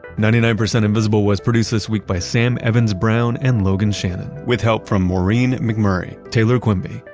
ninety nine percent invisible was produced this week by sam evans-brown and logan shannon with help from maureen mcmurray, taylor quimby,